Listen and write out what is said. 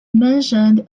mentioned